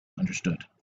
understood